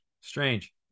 strange